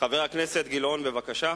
חבר הכנסת גילאון, בבקשה.